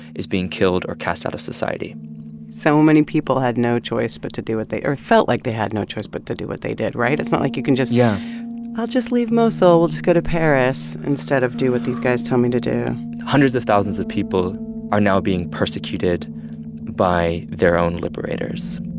is being killed or cast out of society so many people had no choice but to do what they or felt like they had no choice but to do what they did, right? it's not like you can just. yeah i'll just leave mosul, go to paris instead of do what these guys tell me to do hundreds of thousands of people are now being persecuted by their own liberators